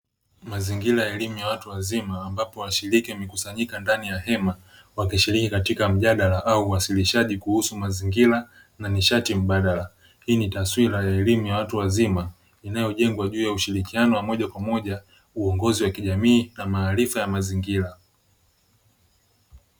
Mazingira ya elimu ya watu wazima ambapo washiriki wamekusanyika ndani ya hema wakishiriki katika mjadala au uwasilishaji kuhusu mazingira na nishati mbadala. Hii ni taswira ya elimu ya watu wazima inayojengwa juu ya ushirikiano wa moja kwa moja, uongozi wa kijamii na maarifa ya mazingira.